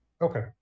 Okay